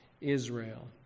Israel